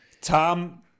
Tom